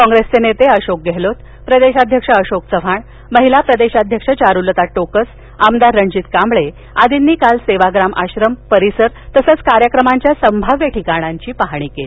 काँप्रेसचे नेते अशोक गहलोत प्रदेशाध्यक्ष अशोक चव्हाण महिला प्रदेशाध्यक्ष चारुलता टोकस आमदार रणजित कांबळे आदींनी काल सेवाग्राम आश्रम परिसर तसंच कार्यक्रमांच्या संभाव्य ठिकाणांची पाहणी केली